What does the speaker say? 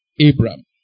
Abraham